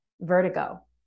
vertigo